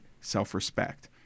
self-respect